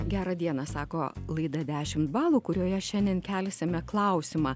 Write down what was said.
gerą dieną sako laida dešim balų kurioje šiandien kelsime klausimą